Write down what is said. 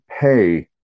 pay